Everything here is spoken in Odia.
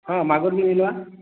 ହଁ ମାଗୁର୍ ବି ମିଲ୍ବା